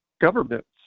governments